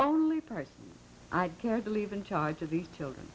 only part i can't believe in charge of the children